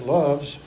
loves